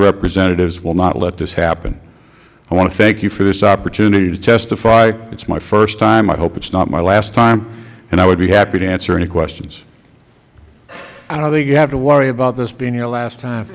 representatives will not let this happen i want to thank you for this opportunity to testify it is my first time i hope it is not my last time and i would be happy to answer any questions mister lynch i don't think you have to worry about this being your last time